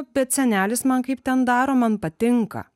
bet senelis man kaip ten daro man patinka